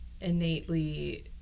innately